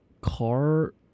car